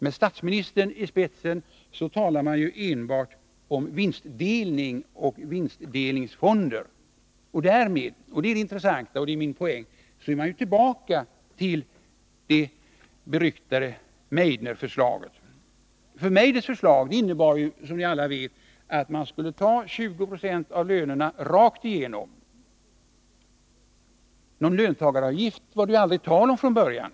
Med statsministern i spetsen talar man nu enbart om vinstdelning och vinstdelningsfonder. Därmed — det är det intressanta, och det är min poäng — är man tillbaka till det beryktade Meidnerförslaget! Meidners förslag innebar, som alla vet, att man skulle ta 20 20 av företagens vinster. Någon löntagaravgift var det aldrig tal om från början.